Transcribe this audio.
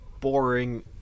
boring